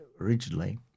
originally